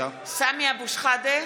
(קוראת בשמות חברי הכנסת) סמי אבו שחאדה,